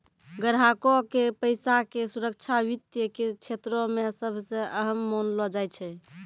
ग्राहको के पैसा के सुरक्षा वित्त के क्षेत्रो मे सभ से अहम मानलो जाय छै